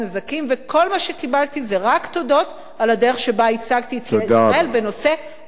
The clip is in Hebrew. שקיבלתי זה רק תודות על הדרך שבה ייצגתי את ישראל בנושא כל כך מורכב.